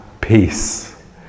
peace